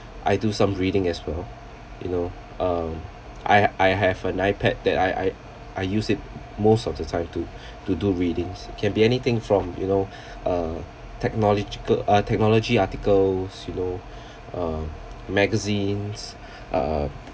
I do some reading as well you know um I I have an iPad that I I I use it most of the time to to do readings it can be anything from you know a technological uh technology articles you know uh magazines uh